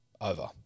Over